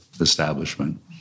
establishment